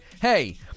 hey